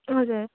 हजुर